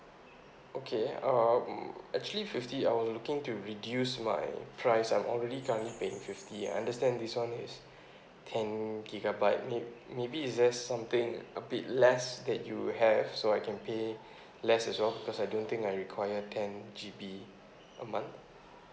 okay um actually fifty I was looking to reduce my price I'm already currently paying fifty I understand this one is ten gigabyte maybe maybe is there something a bit less that you have so I can pay less as well because I don't think I require ten G_B a month